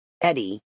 Eddie